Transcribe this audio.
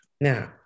Now